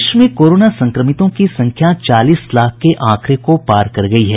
देश में कोरोना संक्रमितों की संख्या चालीस लाख के आंकड़े को पार कर गयी है